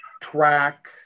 track